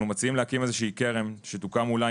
אנחנו מציעים להקים איזושהי קרן שתוקם אולי